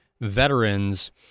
veterans